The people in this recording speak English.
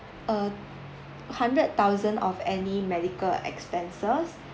a hundred thousand of any medical expenses